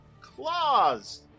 Claws